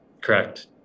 Correct